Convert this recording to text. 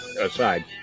aside